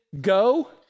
go